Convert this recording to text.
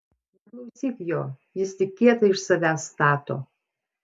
neklausyk jo jis tik kietą iš savęs stato